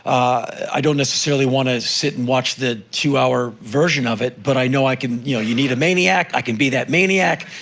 i don't necessarily want to sit and watch the two hour version of it, but i know i can you need a maniac? i can be that maniac.